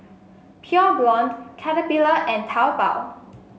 Pure Blonde Caterpillar and Taobao